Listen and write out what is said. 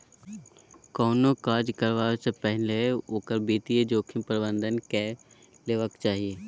कोनो काज करबासँ पहिने ओकर वित्तीय जोखिम प्रबंधन कए लेबाक चाही